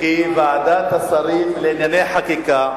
הוא לא צודק, כי ועדת השרים לענייני חקיקה